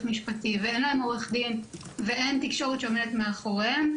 משפטי ואין להם עורך דין ואין תקשורת שעומדת מאחוריהם,